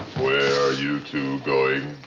where are you two going?